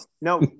no